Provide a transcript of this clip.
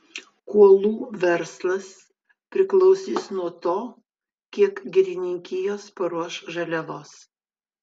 kuolų verslas priklausys nuo to kiek girininkijos paruoš žaliavos